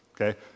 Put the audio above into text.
okay